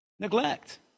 Neglect